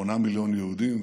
שמונה מיליון יהודים,